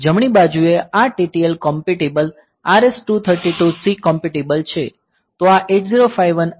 જમણી બાજુએ આ TTL compatible RS232 C compatible છે